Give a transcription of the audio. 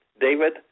David